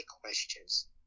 questions